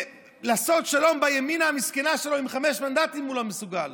לעשות שלום בימינה המסכנה שלו עם חמישה מנדטים הוא לא מסוגל.